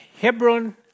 Hebron